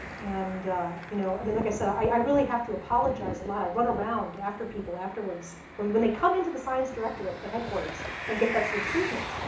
and you know i mean, like i said, i i really have to apologize a lot. i run around after people afterwards when when they come into the science directorate at headquarters and get that sort of treatment,